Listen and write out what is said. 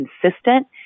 consistent